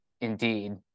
Indeed